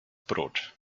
brot